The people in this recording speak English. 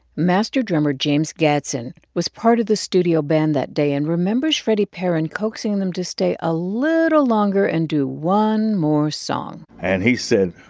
master drummer james gadson was part of the studio band that day and remembers freddie perren coaxing them to stay a little longer and do one more song and he said,